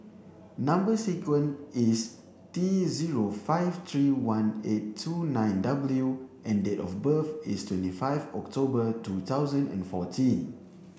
number sequence is T zero five three one eight two nine W and date of birth is twenty five October two thousand and fourteen